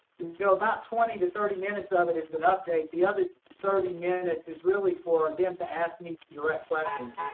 you know about twenty to thirty minutes of it is an update. the other thirty minutes is really for them and to ask me direct questions.